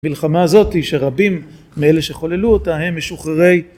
המלחמה הזאתי שרבים מאלה שחוללו אותה הם משוחררי